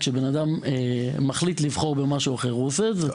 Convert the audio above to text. אם אדם מחליט לבחור במשהו אחר אז הוא עושה את זה.